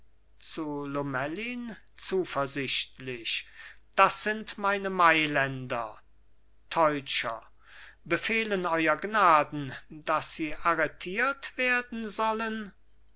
zu lomellin zuversichtlich das sind meine mailänder teutscher befehlen euer gnaden daß sie arretiert werden sollen